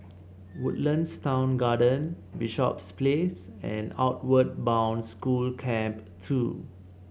Woodlands Town Garden Bishops Place and Outward Bound School Camp Two